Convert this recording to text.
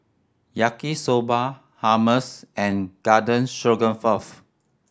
Yaki Soba Hummus and Garden Stroganoff